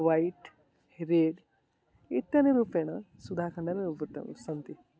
white हिरेड् इत्यादिरूपेण सुधाखण्डानि सन्ति